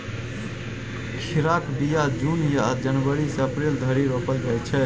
खीराक बीया जुन या जनबरी सँ अप्रैल धरि रोपल जाइ छै